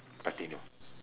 platinum